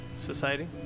Society